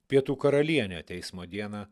pietų karalienė teismo dieną